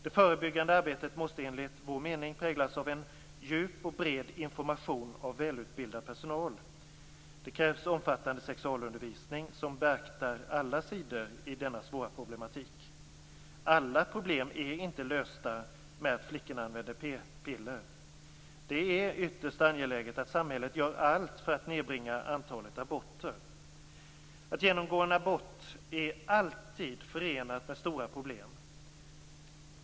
Det förebyggande arbetet måste, enligt vår mening, präglas av en djup och bred information av välutbildad personal. Det krävs omfattande sexualundervisning, som beaktar alla sidor i denna svåra problematik. Alla problem är inte lösta med att flickor använder p-piller. Det är ytterst angeläget att samhället gör allt för att nedbringa antalet aborter. Att genomgå en abort är alltid förenat med stora problem.